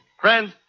Friends